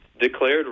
declared